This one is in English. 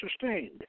sustained